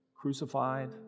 crucified